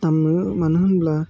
दामो मानो होनब्ला